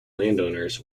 landowners